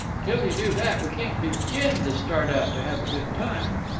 till you do that we can't begin to start out to have a good time.